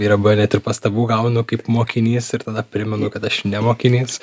yra buvę net ir pastabų gaunu kaip mokinys ir tada primenu kad aš ne mokinys